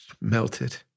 melted